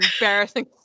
embarrassing